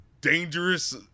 dangerous